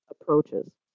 approaches